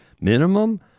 minimum